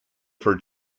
for